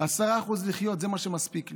10% לחיות, זה מה שמספיק לי.